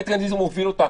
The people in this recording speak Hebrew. ואיתן גינזבורג מוביל אותה,